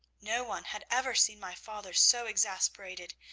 no one had ever seen my father so exasperated,